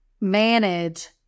manage